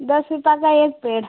दस रुपये का एक पेड़